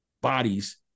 bodies